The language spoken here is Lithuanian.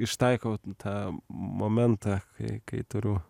ištaikau tą momentą kai kai turiu